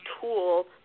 tool